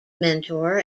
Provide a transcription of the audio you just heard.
mentor